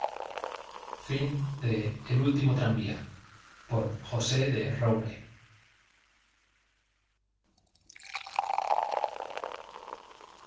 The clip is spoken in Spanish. el último tranvía y